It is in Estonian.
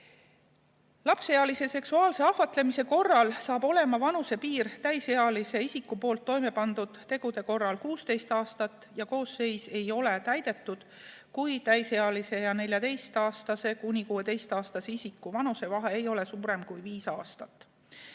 Lapseealise seksuaalse ahvatlemise korral saab olema vanusepiir täisealise isiku poolt toimepandud tegude korral 16 aastat ja koosseis ei ole täidetud, kui täisealise ja 14–16‑aastase isiku vanusevahe ei ole suurem kui viis aastat.